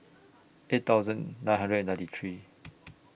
eight thousand nine hundred and ninety three